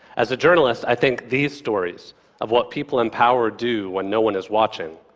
as a journalist, i think these stories of what people in power do when no one is watching,